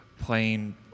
playing